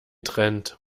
trend